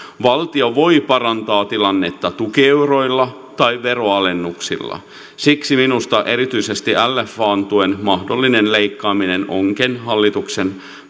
valtio voi parantaa tilannetta tukieuroilla tai veronalennuksilla siksi minusta erityisesti lfa tuen mahdollinen leikkaaminen onkin hallituksen